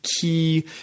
key